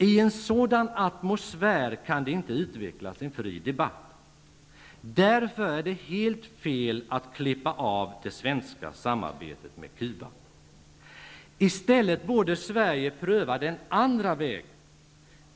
I en sådan atmosfär kan det inte utvecklas en fri debatt. Därför är det helt fel att klippa av det svenska samarbetet med Cuba. Sverige borde i stället pröva den andra vägen.